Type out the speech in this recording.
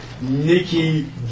Nikki